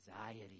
anxiety